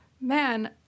man